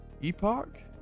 Epoch